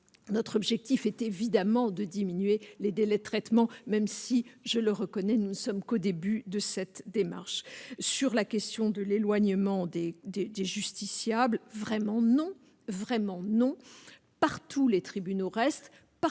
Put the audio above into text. notre objectif est évidemment de diminuer les délais de traitement, même si je le reconnais, nous ne sommes qu'au début de cette démarche sur la question de l'éloignement des du des justiciables vraiment non, vraiment non partout les tribunaux restent